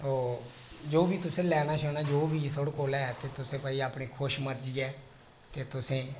तां जो बी तुसें लैना शैना जो बी किश बी अपनी खुछ मर्जी ऐ तुसें